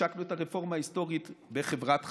השקנו את הרפורמה ההיסטורית בחברת חשמל.